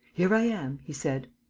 here i am, he said.